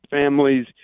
families